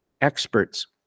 experts